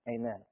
Amen